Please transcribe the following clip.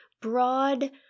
broad